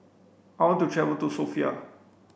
I want to travel to Sofia